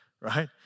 Right